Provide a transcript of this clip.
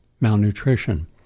malnutrition